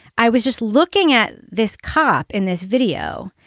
i was just looking at this cop in this video,